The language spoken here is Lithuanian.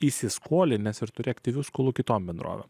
įsiskolinęs ir turi aktyvius kolūkių to minoro